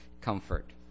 comfort